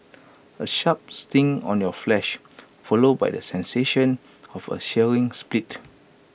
A sharp sting on your flesh followed by the sensation of A searing split